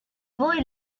boy